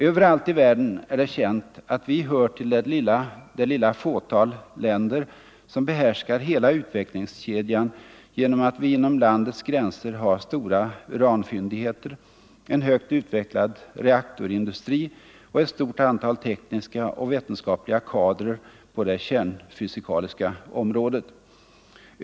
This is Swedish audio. Överallt i världen är det känt att vi hör till det lilla fåtal länder, som behärskar hela utvecklingskedjan genom att vi inom landets gränser har stora uranfyndigheter, en högt utvecklad reaktorindustri och ett stort antal tekniska och vetenskapliga kadrer på det kärnfysikaliska området.